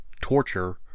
torture